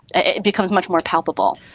it becomes much more palpable.